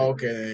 Okay